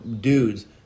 dudes